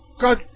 God